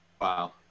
Wow